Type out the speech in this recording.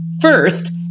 first